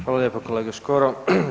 Hvala lijepo kolega Škoro.